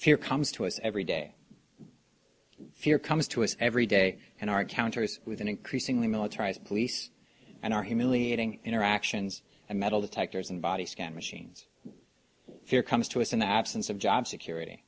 fear comes to us every day fear comes to us every day in our counters with an increasingly militarized police and our humiliating interactions and metal detectors and body scan machines fear comes to us in the absence of job security